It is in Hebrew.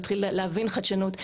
להתחיל להבין חדשנות,